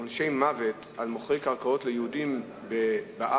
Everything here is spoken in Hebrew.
עונשי מוות על מוכרי קרקעות ליהודים באיו"ש,